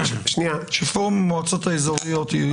פורום המועצות המקומיות הם פה?